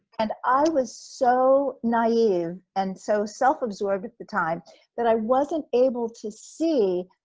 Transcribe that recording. and i was so naive, and so self absorbed at the time that i wasn't able to see,